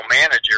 manager